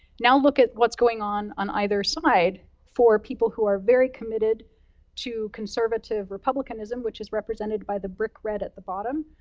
now, look at what's going on on either side, for people who are very committed to conservative republicanism, which is represented by the brick red at the bottom.